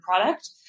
product